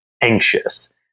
anxious